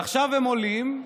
עכשיו הם עולים,